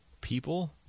people